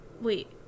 Wait